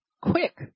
quick